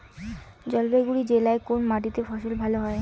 জলপাইগুড়ি জেলায় কোন মাটিতে ফসল ভালো হবে?